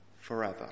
forever